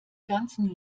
ganzen